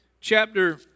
chapter